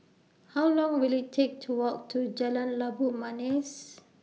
How Long Will IT Take to Walk to Jalan Labu Manis